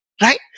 right